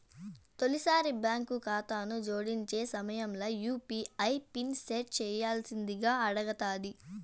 తొలిసారి బాంకు కాతాను జోడించే సమయంల యూ.పీ.ఐ పిన్ సెట్ చేయ్యాల్సిందింగా అడగతాది